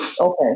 Okay